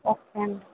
okay అండి